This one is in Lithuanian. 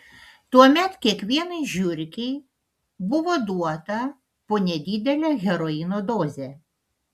tuomet kiekvienai žiurkei buvo duota po nedidelę heroino dozę